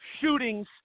shootings